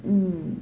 mm